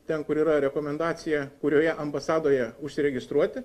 ten kur yra rekomendacija kurioje ambasadoje užsiregistruoti